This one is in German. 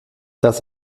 dass